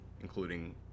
including